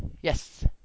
yes